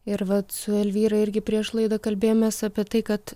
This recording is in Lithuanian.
ir vat su elvyra irgi prieš laidą kalbėjomės apie tai kad